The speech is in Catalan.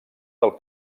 del